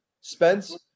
Spence